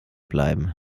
bleiben